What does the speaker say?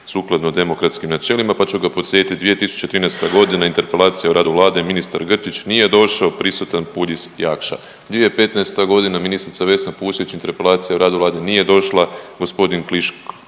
sukladno demokratskim načelima, pa ću ga podsjetiti 2013. godina interpelacija o radu vlade, ministar Grčić nije došao prisutan Puljiz, Jakša. 2015. godina ministrica Vesna Pusić interpelacija o radu vlade nije došla gospodin Klisović